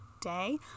day